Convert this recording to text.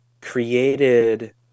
created